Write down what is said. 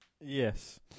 Yes